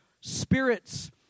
spirits